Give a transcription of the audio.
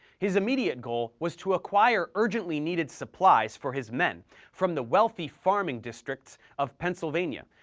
his immediate goal was to acquire urgently needed supplies for his men from the wealthy farming districts of pennsylvania,